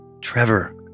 Trevor